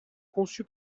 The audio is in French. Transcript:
conçu